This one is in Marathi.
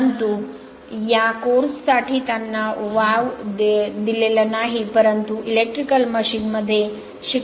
परंतु या कोर्स साठी त्यांना वाव दिलेला आहे परंतु इलेक्ट्रिकल मशीन मध्ये शिका